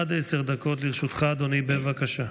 עד עשר דקות לרשותך, אדוני, בבקשה.